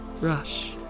Rush